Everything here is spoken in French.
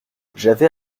j’avais